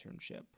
internship